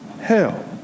hell